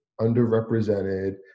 underrepresented